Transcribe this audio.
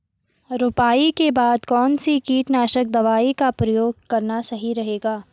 रुपाई के बाद कौन सी कीटनाशक दवाई का प्रयोग करना सही रहेगा?